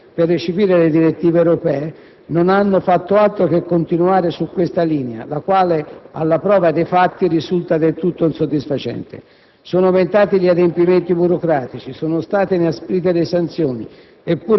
Sono anni che si pensa di risolvere il problema degli infortuni sul lavoro con leggi che hanno una matrice formalistica ed un'impostazione repressiva. Sin dall'emanazione del decreto legislativo n. 626 del 1994